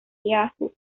yahoo